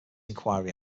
enquiry